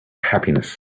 happiness